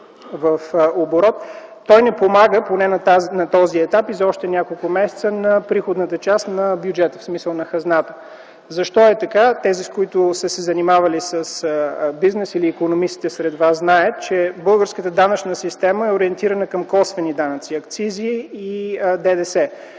той не помага поне на този етап, а и за още няколко месеца, на приходната част на бюджета, на хазната. Защо е така? Тези, които са се занимавали с бизнес или икономистите сред вас знаят, че българската данъчна система е ориентирана към косвени данъци – акцизи и ДДС,